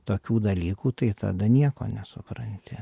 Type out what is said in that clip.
tokių dalykų tai tada nieko nesupranti